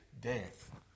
death